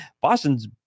Boston's